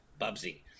Bubsy